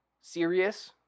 serious